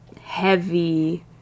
heavy